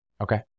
Okay